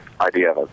idea